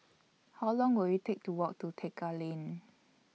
How Long Will IT Take to Walk to Tekka Lane